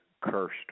cursed